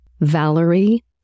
Valerie